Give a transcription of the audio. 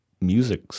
music